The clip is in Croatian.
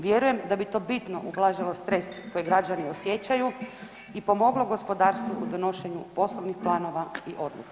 Vjerujem da bi to bitno ublažilo stres kojeg građani osjećaju i pomoglo gospodarstvu u donošenju poslovnih planova i odluka.